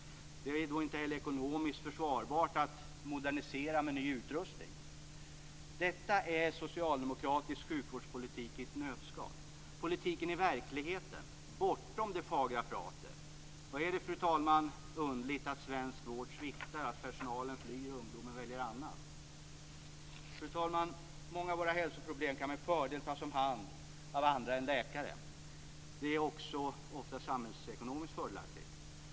Det är då inte heller ekonomiskt försvarbart att modernisera utrustningen. Detta är socialdemokratisk sjukvårdspolitik i ett nötskal - socialdemokratisk politik i verkligheten, bortom det fagra pratet. Är det underligt att den svenska vården sviktar, att personalen flyr och att ungdomen väljer något annat? Fru talman! Många av våra hälsoproblem kan med fördel tas om hand av andra än läkare. Det kan också vara samhällsekonomiskt fördelaktigt.